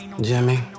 Jimmy